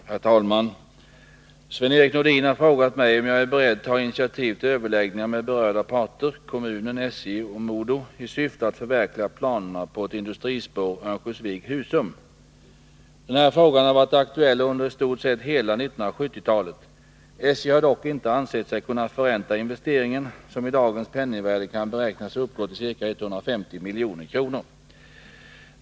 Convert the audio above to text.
Herr talman! Sven-Erik Nordin har frågat mig om jag är beredd ta initiativ till överläggningar med berörda parter i syfte att förverkliga planerna på ett industrispår Örnsköldsvik-Husum. Den här frågan har varit aktuell under i stort sett hela 1970-talet. SJ har dock inte ansett sig kunna förränta investeringen, som i dagens penningvärde kan beräknas uppgå till ca 150 milj.kr.